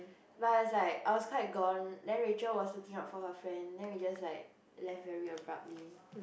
but I was like I was quite gone then Rachael was looking out for her friend then we just like left very abruptly